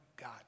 God